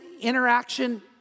interaction